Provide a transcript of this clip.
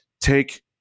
take